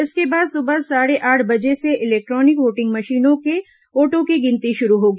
इसके बाद सुबह साढ़े आठ बजे से इलेक्ट्रॉनिक वोटिंग मशीनों के वोटों की गिनती शुरू होगी